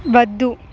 వద్దు